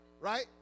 right